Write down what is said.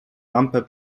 lampę